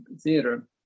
theater